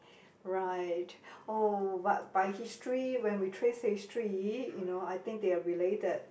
right oh but by history when we trace history you know I think they are related